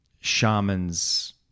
shamans